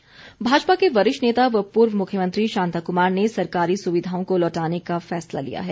शांता कुमार भाजपा के वरिष्ठ नेता व पूर्व मुख्यमंत्री शांता कुमार ने सरकारी सुविधाओं को लौटाने का फैसला लिया है